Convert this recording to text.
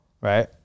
right